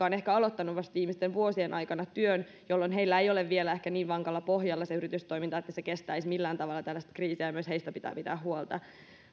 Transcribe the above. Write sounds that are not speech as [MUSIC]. [UNINTELLIGIBLE] ovat ehkä aloittaneet vasta viimeisten vuosien aikana työn jolloin heillä ei ole vielä ehkä niin vankalla pohjalla se yritystoiminta että se kestäisi millään tavalla tällaista kriisiä ja myös heistä pitää pitää huolta